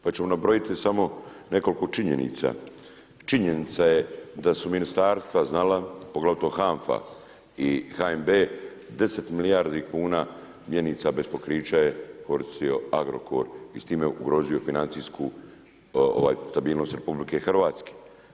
Pa ću vam nabrojati samo nekoliko činjenica, činjenica je da su ministarstva znala, poglavito HANFA i HNB, 10 milijardi kuna mjenica bez pokrića je koristio Agrokor i s time ugrozio financijsku stabilnost RH.